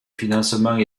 financements